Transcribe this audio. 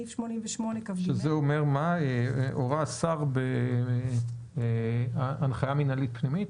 זה אומר שהורה השר בהנחיה מינהלית פנימית?